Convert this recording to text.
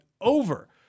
over